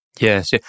Yes